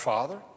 Father